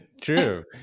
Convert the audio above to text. True